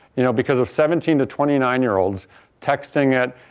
you know because of seventeen to twenty nine year olds texting it,